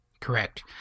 Correct